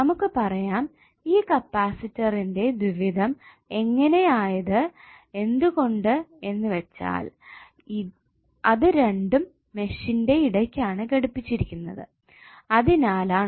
നമുക്ക് പറയാം ഈ കപ്പാസിറ്ററിന്റെ ദ്വിവിധം ഇങ്ങനെ ആയത് എന്തുകൊണ്ട് എന്നുവെച്ചാൽ അത് രണ്ടും മെഷ്ന്റെ ഇടയ്ക്കാണ് ഘടിപ്പിച്ചിരിക്കുന്നത് അതിനാൽ ആണ്